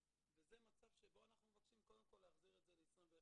וזה מצב שבו אנחנו מבקשים קודם כל להחזיר את זה ל-21 ימים.